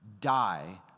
die